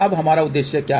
अब हमारा उद्देश्य क्या है